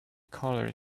colored